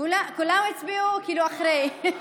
כולם הצביעו אחרי,